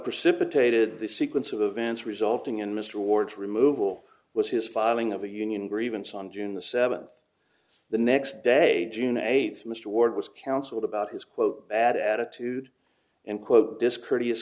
precipitated the sequence of events resulting in mr ward's removal was his filing of a union grievance on june the seventh the next day june eighth mr ward was counseled about his quote bad attitude and quote discourteous